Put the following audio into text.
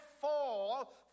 fall